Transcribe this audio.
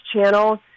channel